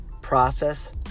process